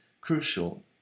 crucial